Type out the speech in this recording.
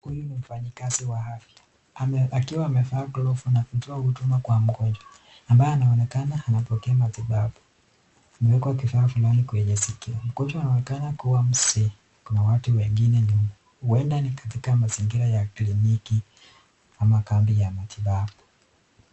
Huyu ni mfanyikazi wa afya akiwa amevaa glovu na kitoa huduma kwa mgonjwa ambaye anaonekana anapokea matibabu. Imewekwa kifaa fulani kwenye sikio ,mgonjwa anaonekana akiwa mzee. Huenda kuna watu wengine nyuma, huenda ni katika mazingira ya kliniki ama kambi ya matibabu.